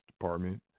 Department